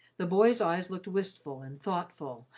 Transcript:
the boy's eyes looked wistful and thoughtful,